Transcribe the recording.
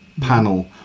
panel